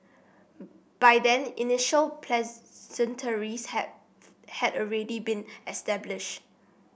by then initial pleasantries had had already been established